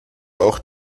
auch